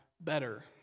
better